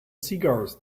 cigars